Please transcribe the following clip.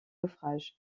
naufrage